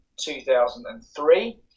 2003